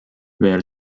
veel